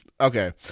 Okay